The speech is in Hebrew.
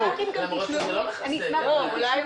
אז גם